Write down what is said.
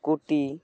scooty